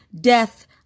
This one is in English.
death